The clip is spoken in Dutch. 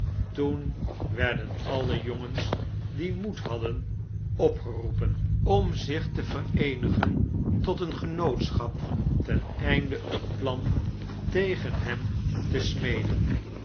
toen werden alle jongens die moedhadden opgeroepen om zich te vereenigen tot een genootschap ten einde een plan tegen hem te smeden